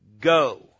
go